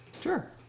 Sure